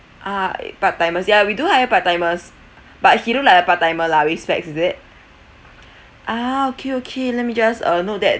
ah part-timers ya we do hire part-timers but he look like a part timer lah with specs is it ah okay okay let me just uh note that